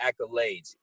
accolades